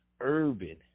urban